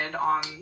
on